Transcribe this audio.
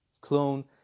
clone